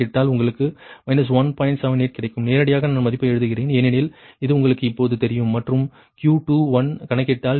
78 கிடைக்கும் நேரடியாக நான் மதிப்பை எழுதுகிறேன் ஏனெனில் இது உங்களுக்கு இப்போது தெரியும் மற்றும் Q2 கணக்கிட்டால் 0